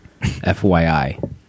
FYI